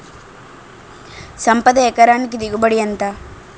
సంపద ఎకరానికి దిగుబడి ఎంత?